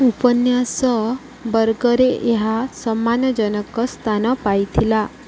ଉପନ୍ୟାସ ବର୍ଗରେ ଏହା ସମ୍ମାନଜନକ ସ୍ଥାନ ପାଇଥିଲା